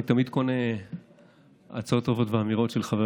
אני תמיד קונה הצעות טובות ואמירות של חבר